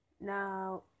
now